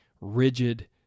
rigid